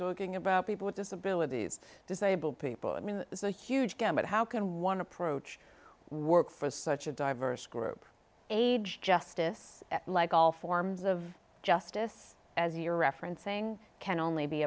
talking about people with disabilities disabled people i mean it's a huge gamut how can one approach work for such a diverse group age justice like all forms of justice as you're referencing can only be